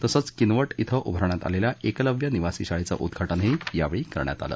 तसंच किनवट श्वें उभारण्यात आलेल्या एकलव्य निवासी शाळेचं उद्घाटनही करण्यात आलं